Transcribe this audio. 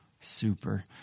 Super